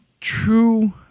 true